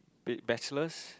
B~ Bachelors